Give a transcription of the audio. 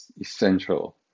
essential